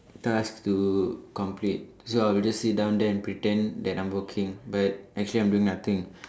task to complete so I'll just sit down there and pretend that I'm working but actually I'm doing nothing